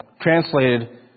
translated